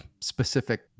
specific